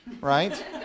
right